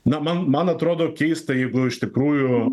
na man man atrodo keista jeigu iš tikrųjų